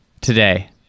today